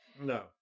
No